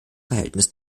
verhältnis